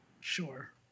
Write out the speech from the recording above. Sure